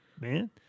man